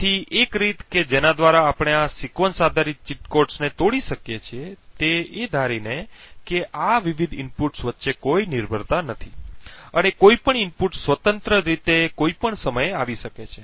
તેથી એક રીત કે જેના દ્વારા આપણે આ સિક્વન્સ આધારિત ચીટ કોડ્સને તોડી શકીએ છીએ તે ધારીને કે આ વિવિધ ઇનપુટ્સ વચ્ચે કોઈ નિર્ભરતા નથી અને કોઈપણ ઇનપુટ સ્વતંત્ર રીતે કોઈપણ સમયે આવી શકે છે